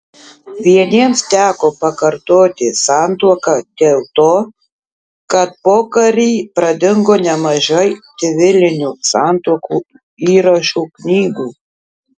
vieniems teko pakartoti santuoką dėl to kad pokarį pradingo nemažai civilinių santuokų įrašų knygų